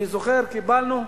אני זוכר, קיבלנו.